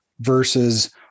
versus